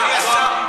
שר.